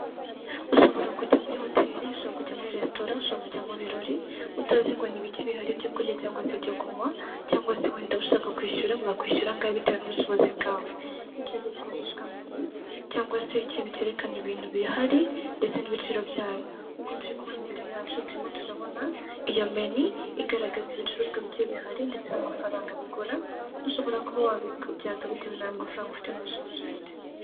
Ushobora kujya muri hoteli, ushobora kujya muri resitora, ushobora kujya mu birori utazi ngo n'ibiki bihari byo kurya cyangwa se byo kunywa, cyangwa se wenda ushaka kwishyura wakishyura angahe bitewe n'ubushobozi bwawe, icyo gihe hifashishwa meni cyangwa se ikintu cyerekana ibintu bihari ndetse n'ibiciro byayo. Nkuko turi kubona imbere yacu turabona iyo meni igaragaza ibicuruzwa bigiye bihari ndetse n'amafaranga bigura, ushobora kuba wabikabyaka bitewe n'amafaranga ufite n'ubushobozi ufite.